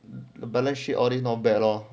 the balance sheet all this not bad lor